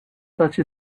such